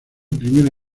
primera